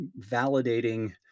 validating